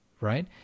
right